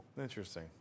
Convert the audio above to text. Interesting